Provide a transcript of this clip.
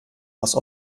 aus